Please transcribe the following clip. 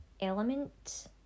element